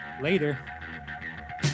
Later